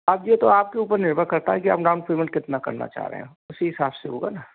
अब ये तो आपके ऊपर निर्भर करता है कि आप डाउन पेमेंट कितना करना चाह रहे हैं उसी हिसाब से होगा ना